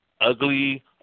ugly